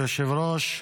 מכובדי היושב-ראש,